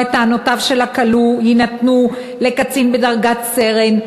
את טענותיו של הכלוא יינתנו לקצין בדרגת סרן.